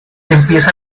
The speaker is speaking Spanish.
empieza